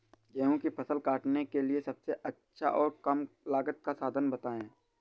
गेहूँ की फसल काटने के लिए सबसे अच्छा और कम लागत का साधन बताएं?